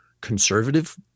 conservative